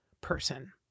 person